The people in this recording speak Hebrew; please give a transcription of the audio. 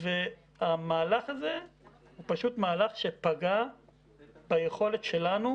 והמהלך הזה הוא פשוט מהלך שפגע ביכולת שלנו